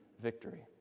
victory